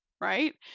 right